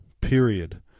period